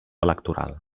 electoral